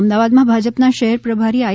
અમદાવાદમાં ભાજપના શહેર પ્રભારી આઇ